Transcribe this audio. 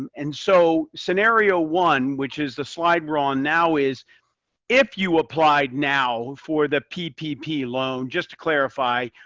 and and so, scenario one which is the slide we're on now is if you applied now for the ppp loan, just to clarify,